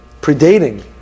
predating